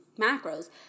macros